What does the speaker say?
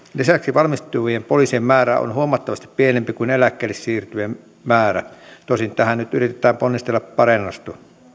lisäksi valmistuvien poliisien määrä on huomattavasti pienempi kuin eläkkeelle siirtyvien määrä tosin tähän nyt yritetään ponnistella parannusta